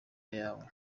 ayawe